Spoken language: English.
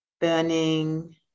burning